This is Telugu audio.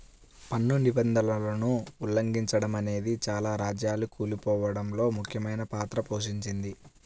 పన్ను నిబంధనలను ఉల్లంఘిచడమనేదే చాలా రాజ్యాలు కూలిపోడంలో ముఖ్యమైన పాత్ర పోషించింది